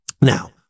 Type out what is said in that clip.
Now